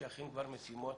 שיכין כבר משימות,